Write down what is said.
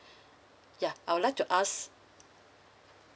yeah I would like to ask